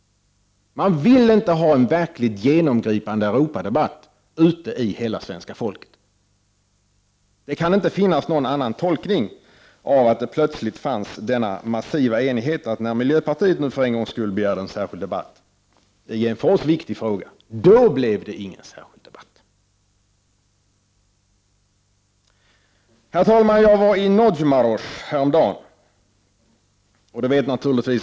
Man vill inte ha en verkligt genomgripande Europadebatt ute i hela svenska folket. Det kan inte finnas någon annan tolkning av att det plötsligt fanns denna massiva enighet. När miljöpartiet för en gångs skull begärde en särskild debatt i en för oss viktig fråga, då blev det ingen särskild debatt. Herr talman! Jag var i Nagymåros häromdagen.